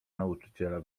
nauczyciela